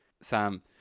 Sam